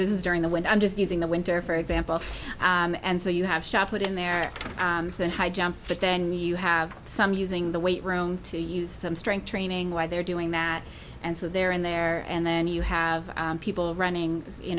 this is during the winter i'm just using the winter for example and so you have shop put in there but then you have some using the weight room to use some strength training why they're doing that and so they're in there and then you have people running you